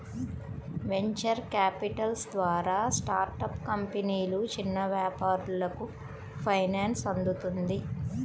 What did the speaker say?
venture capital ద్వారా startup కంపెనీలు, చిన్న వ్యాపారాలకు ఫైనాన్సింగ్ అందుతుంది